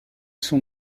sont